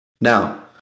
Now